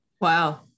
Wow